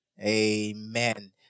amen